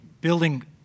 building